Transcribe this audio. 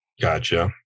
Gotcha